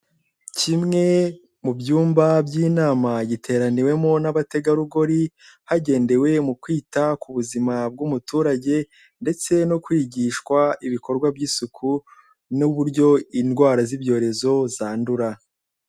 Kimwe mubyumba by'inama giteraniwemo n'abategarugori hagendewe mu kwita ku buzima bw'umuturage ndetse no kwigishwa ibikorwa by'isuku n'uburyo indwara z'ibyorezo zandura.